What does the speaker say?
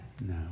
No